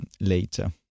later